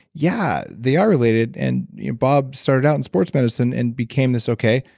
yeah. they are related and bob started out in sports medicine and became this okay,